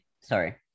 Sorry